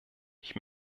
ich